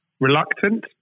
reluctant